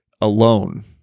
alone